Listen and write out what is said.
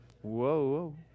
Whoa